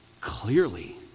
clearly